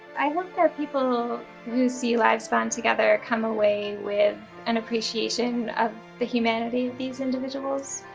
i hope that people who see lives bound together come away with an appreciation of the humanity of these individuals,